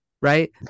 Right